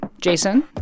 Jason